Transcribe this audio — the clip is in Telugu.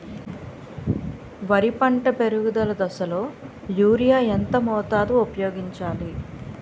వరి పంట పెరుగుదల దశలో యూరియా ఎంత మోతాదు ఊపయోగించాలి?